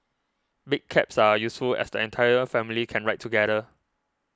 big cabs are useful as the entire family can ride together